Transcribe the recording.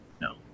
No